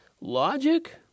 Logic